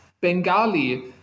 Bengali